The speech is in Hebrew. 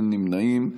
אין נמנעים.